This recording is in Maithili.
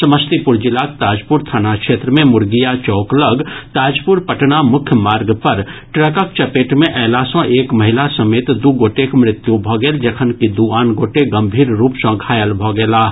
समस्तीपुर जिलाक ताजपुर थाना क्षेत्र मे मुरगिया चौक लऽग ताजपुर पटना मुख्य मार्ग पर ट्रकक चपेट में अयला सॅ एक महिला समेत द् गोटेक मृत्यु भऽ गेल जखनकि दू आन गोटे गंभीर रूप सॅ घायल भऽ गेलाह